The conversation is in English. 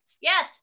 Yes